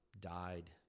died